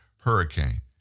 Hurricane